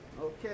Okay